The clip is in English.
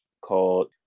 called